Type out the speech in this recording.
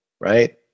right